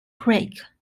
creek